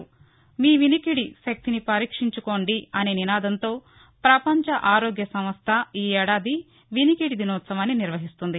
మీ వినికిడి శక్తిని పరీక్షించుకోండి అనే నినాదంతో పపంచ ఆరోగ్య సంస్థ ఈ ఏడాది వినికిది దినోత్సవాన్ని నిర్వహిస్తోంది